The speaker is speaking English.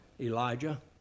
Elijah